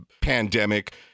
pandemic